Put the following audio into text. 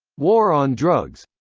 war on drugs